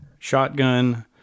Shotgun